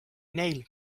neil